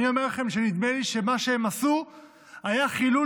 אני אומר לכם שנדמה לי שמה שהם עשו היה חילול